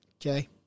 Okay